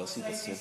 לא עשית סלפי?